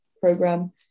program